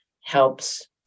helps